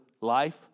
life